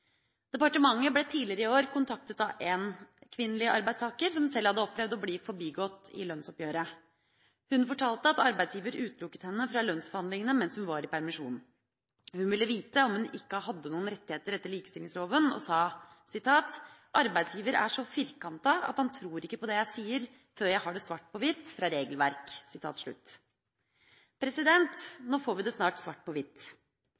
Departementet ble tidligere i år kontaktet av en kvinnelig arbeidstaker som sjøl hadde opplevd å bli forbigått i lønnsoppgjøret. Hun fortalte at arbeidsgiver utelukket henne fra lønnsforhandlingene mens hun var i permisjon. Hun ville vite om hun ikke hadde noen rettigheter etter likestillingsloven og sa: Arbeidsgiver er så firkantet at han tror ikke på det jeg sier før jeg har det svart på hvitt fra regelverk. Nå får vi det snart svart på hvitt.